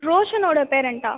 ரோஷனோடய பேரண்ட்டா